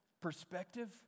perspective